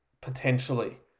potentially